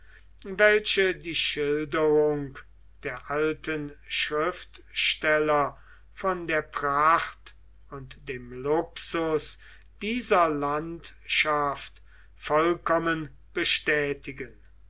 welche die schilderung der alten schriftsteller von der pracht und dem luxus dieser landschaft vollkommen bestätigen